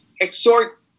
exhort